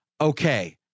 Okay